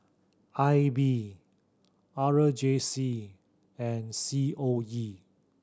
I B R J C and C O E